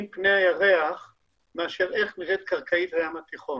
פני הירח מאשר איך נראית קרקעית הים התיכון.